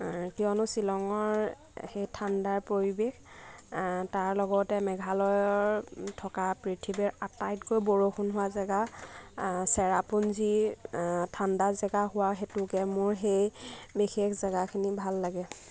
কিয়নো শ্বিলঙৰ সেই ঠাণ্ডা পৰিৱেশ তাৰলগতে মেঘালয়ৰ থকা পৃথিৱীৰ আটাইতকৈ বৰষুণ হোৱা জেগা ছেৰাপুঞ্জী ঠাণ্ডা জেগা হোৱা হেতুকে মোৰ সেই জেগাখিনি ভাল লাগে